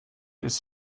ist